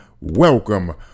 welcome